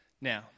Now